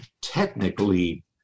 technically